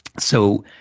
so,